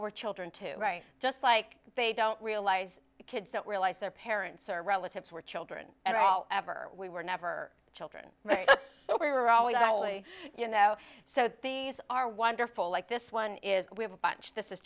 were children too right just like they don't realize kids don't realize their parents or relatives were children at all ever we were never children so we were always i would say you know so these are wonderful like this one is we have a bunch this is